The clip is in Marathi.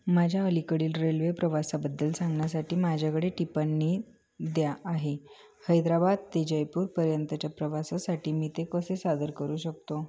माझ्या अलीकडील रेल्वे प्रवासाबद्दल सांगण्यासाठी माझ्याकडे टिप्पणी द्या आहे हैदराबाद ते जयपूरपर्यंतच्या प्रवासासाठी मी ते कसे सादर करू शकतो